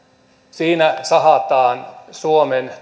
siinä sahataan oksaa suomen